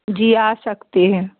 जी आ सकते हैं